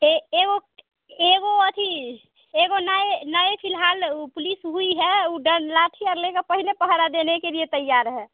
ए एगो एगो अथी एगो नए नए फ़िलहाल उ पुलिस हुई है उ डं लाठी और लेकर पहले पहरा देने के लिए तैयार है